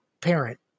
parent